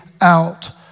out